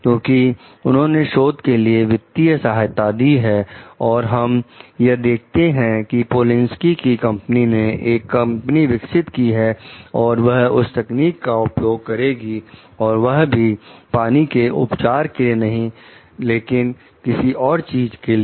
क्योंकि उन्होंने शोध के लिए वित्तीय सहायता दी है और हम यह देखते हैं कि पोलिंसकी की कंपनी ने एक कंपनी विकसित की है और वह उस तकनीक का उपयोग करेगी और वह भी पानी के उपचार के लिए नहीं लेकिन किसी और चीज के लिए